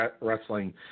wrestling